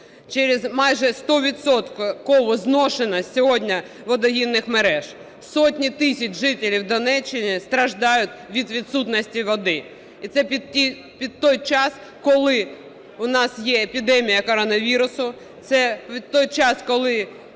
через майже стовідсоткову зношеність сьогодні водогінних мереж. Сотні тисяч жителів Донеччини страждають від відсутності води. І це під той час, коли у нас є епідемія коронавірусу, це в той час, коли